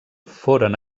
foren